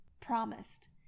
promised